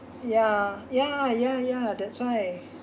ya ya ya ya that's why